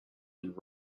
and